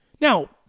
Now